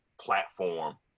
Platform